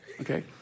Okay